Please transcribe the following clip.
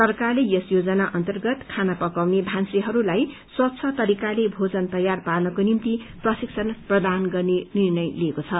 सरकारले यस योजना अन्तर्गत खाना पकाउने भान्सेहरूलाई स्वच्छ तरिकाले भोजन तयार पार्नको निम्ति प्रशिक्षण प्रदान गर्ने निर्णय लिएको छ